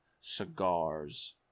cigars